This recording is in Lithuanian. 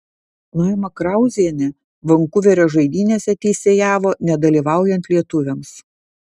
laima krauzienė vankuverio žaidynėse teisėjavo nedalyvaujant lietuviams